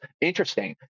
Interesting